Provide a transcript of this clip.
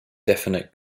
definite